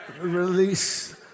release